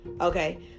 Okay